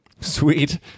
Sweet